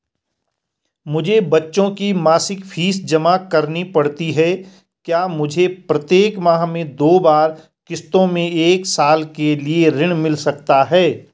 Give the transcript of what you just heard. मुझे बच्चों की मासिक फीस जमा करनी पड़ती है क्या मुझे प्रत्येक माह में दो बार किश्तों में एक साल के लिए ऋण मिल सकता है?